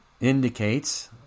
indicates